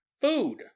food